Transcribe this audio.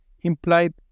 implied